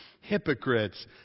hypocrites